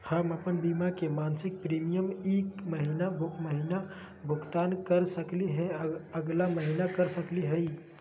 हम अप्पन बीमा के मासिक प्रीमियम ई महीना महिना भुगतान कर सकली हे, अगला महीना कर सकली हई?